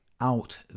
out